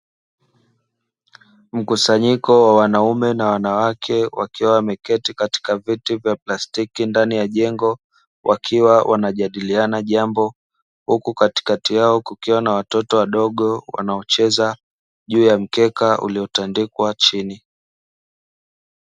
Mkusanyiko wa wanaume na wanawake wakiwa wameketi katika viti vya plastiki ndani ya jengo, wakiwa wanajadiliana jambo huku katikati yao kukiwa na watoto wadogo wanaocheza juu ya mkeka uliotandikwa chini.